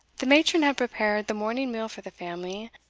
the matron had prepared the morning meal for the family,